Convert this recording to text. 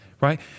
right